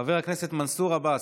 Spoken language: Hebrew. חבר הכנסת מנסור עבאס,